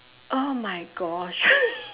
oh my gosh